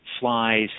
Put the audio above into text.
flies